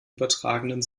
übertragenen